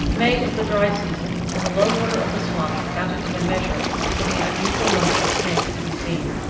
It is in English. may is the dry season, and the low water of the swamp accounted in a measure for the unusual number of snakes to be seen.